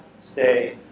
stay